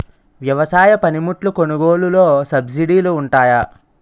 వ్యవసాయ పనిముట్లు కొనుగోలు లొ సబ్సిడీ లు వుంటాయా?